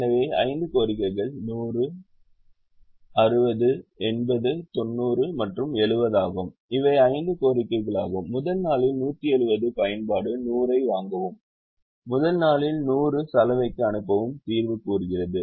எனவே 5 கோரிக்கைகள் 100 60 80 90 மற்றும் 70 ஆகும் இவை 5 கோரிக்கைகளாகும் முதல் நாளில் 170 பயன்பாடு 100 ஐ வாங்கவும் முதல் நாளில் 100 சலவைக்கு அனுப்பவும் தீர்வு கூறுகிறது